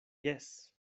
jes